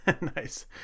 Nice